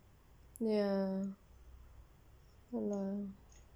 ya ya lor